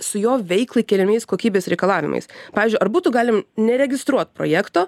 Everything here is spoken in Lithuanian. su jo veiklai keliamais kokybės reikalavimais pavyzdžiui ar būtų galim neregistruoti projekto